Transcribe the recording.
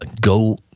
go